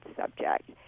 subject